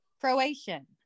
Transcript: Croatian